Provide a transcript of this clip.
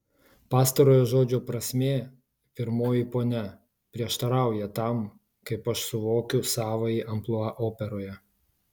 pastarojo žodžio prasmė pirmoji ponia prieštarauja tam kaip aš suvokiu savąjį amplua operoje